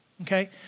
okay